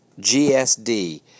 GSD